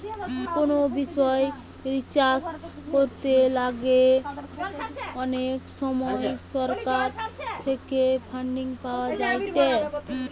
কোনো বিষয় রিসার্চ করতে গ্যালে অনেক সময় সরকার থেকে ফান্ডিং পাওয়া যায়েটে